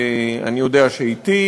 ואני יודע שאתי,